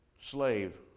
slave